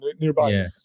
nearby